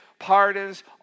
pardons